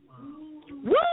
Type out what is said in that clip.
Woo